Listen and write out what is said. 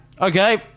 Okay